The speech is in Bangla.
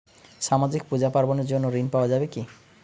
সামাজিক পূজা পার্বণ এর জন্য ঋণ পাওয়া যাবে কি?